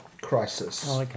crisis